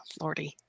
Lordy